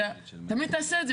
אתה תמיד תעשה את זה.